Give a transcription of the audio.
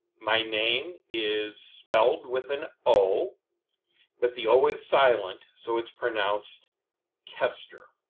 my name is spelled with an o but the o is silent so it's pronounced kester.